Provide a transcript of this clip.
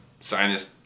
sinus